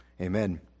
Amen